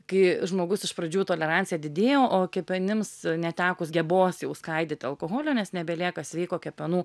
kai žmogus iš pradžių tolerancija didėja o kepenims netekus gebos jau skaidyt alkoholio nes nebelieka sveiko kepenų